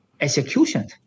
execution